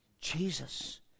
Jesus